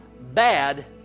bad